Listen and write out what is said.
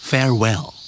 Farewell